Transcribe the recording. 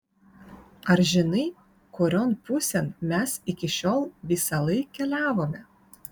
ar žinai kurion pusėn mes iki šiol visąlaik keliavome